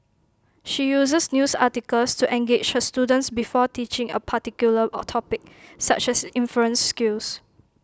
she uses news articles to engage her students before teaching A particular of topic such as inference skills